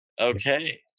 Okay